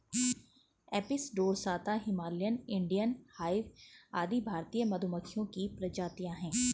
Apis dorsata, Himalayan, Indian hive आदि भारतीय मधुमक्खियों की प्रजातियां है